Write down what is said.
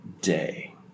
day